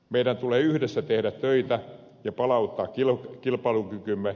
meidän tulee yhdessä tehdä töitä ja palauttaa kilpailukykymme